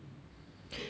eh